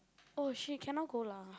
oh shit cannot go lah